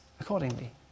accordingly